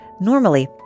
Normally